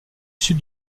sud